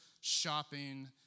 shopping